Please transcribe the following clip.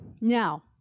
Now